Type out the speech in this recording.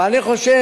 אבל אני חושב